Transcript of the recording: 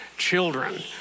children